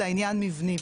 אלא עניין מבני,